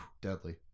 Deadly